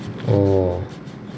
orh